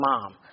mom